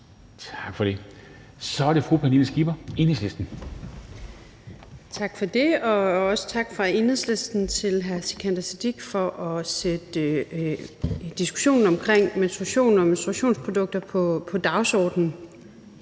Kl. 11:19 (Ordfører) Pernille Skipper (EL): Tak for det, og også tak fra Enhedslisten til hr. Sikandar Siddique for at sætte diskussionen om menstruation og menstruationsprodukter på dagsordenen.